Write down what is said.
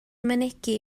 mynegi